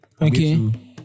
okay